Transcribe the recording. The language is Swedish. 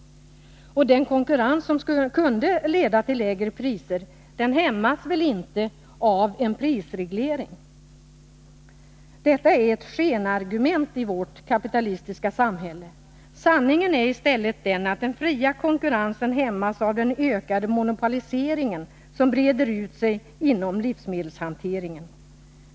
Och den konkurrens som kunde leda till lägre priser hämmas väl inte av en prisreglering. Detta är skenargument i vårt kapitalistiska samhälle. Sanningen är i stället den att den fria konkurrensen hämmas av den ökade monopoliseringen, som breder ut sig inom livsmedelshanteringen.